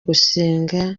gusenga